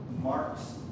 marks